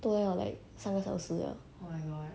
都要 like 三个小时啊